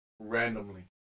randomly